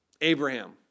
Abraham